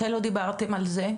מתי לא דיברתם על זה?